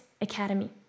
Academy